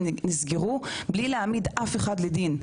נסגרו בלי להעמיד אף אחד לדין.